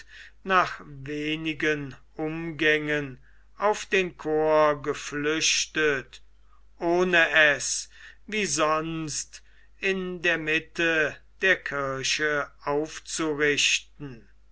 nach wenigen umgängen auf den chor geflüchtet ohne es wie sonst in der mitte der kirche aufzurichten